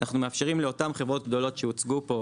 ומאפשרים לאותן חברות גדולות שהוצגו פה